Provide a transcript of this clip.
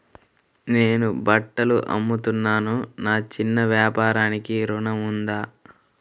నేను బట్టలు అమ్ముతున్నాను, నా చిన్న వ్యాపారానికి ఋణం ఉందా?